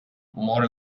mor